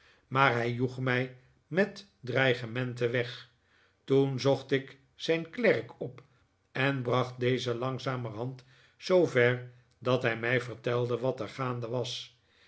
maar hij joeg mij met dreigementen weg toen zocht ik zijn klerk op en bracht dezen langzamerhand zoover dat hij mij vertelde wat er gaande was